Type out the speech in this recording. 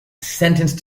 sentenced